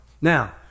Now